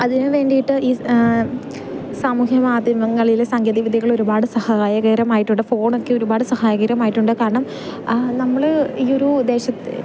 അതിനു വേണ്ടിയിട്ട് ഈ സാമൂഹ്യ മാധ്യമങ്ങളിലെ സാങ്കേതിക വിദ്യകൾ ഒരുപാട് സഹായകരമായിട്ടുണ്ട് ഫോണൊക്കെ ഒരുപാട് സഹായകരമായിട്ടുണ്ട് കാരണം നമ്മൾ ഈ ഒരു ദേശത്ത്